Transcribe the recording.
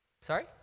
Sorry